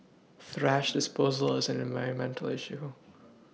thrash disposal is an environmental issue